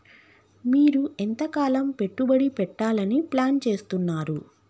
మీరు ఎంతకాలం పెట్టుబడి పెట్టాలని ప్లాన్ చేస్తున్నారు?